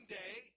day